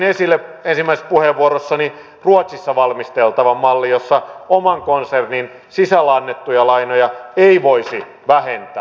nostin ensimmäisessä puheenvuorossani esille ruotsissa valmisteltavan mallin jossa oman konsernin sisällä annettuja lainoja ei voisi vähentää